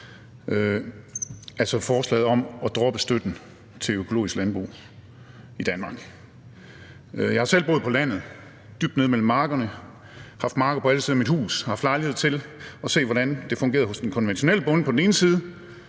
nogen sinde har oplevet i den her sal. Jeg har selv boet på landet, dybt inde mellem markerne, hvor jeg har haft marker på alle sider af mit hus og haft lejlighed til at se, hvordan det fungerede hos den konventionelle bonde på den ene side,